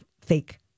fake